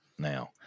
now